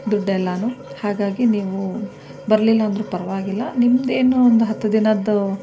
ದುಡ್ಡೆಲ್ಲನೂ ಹಾಗಾಗಿ ನೀವು ಬರಲಿಲ್ಲಂದ್ರೂ ಪರವಾಗಿಲ್ಲ ನಿಮ್ಮದೇನು ಒಂದು ಹತ್ತು ದಿನದ್ದು